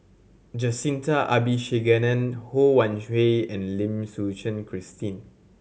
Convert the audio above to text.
Jacintha Abisheganaden Ho Wan Hui and Lim Suchen Christine